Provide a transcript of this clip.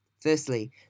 Firstly